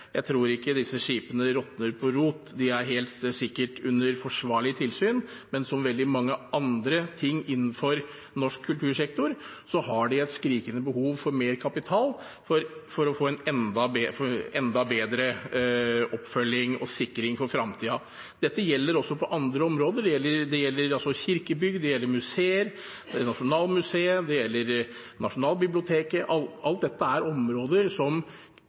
jeg tror ikke disse skipene råtner på rot. De er helt sikkert under forsvarlig tilsyn, men som så veldig mye annet innenfor den norske kultursektoren har de et skrikende behov for mer kapital for å få enda bedre oppfølging og sikring for framtiden. Dette gjelder også på andre områder. Det gjelder kirkebygg, museer, Nasjonalmuseet, Nasjonalbiblioteket – alt dette er områder som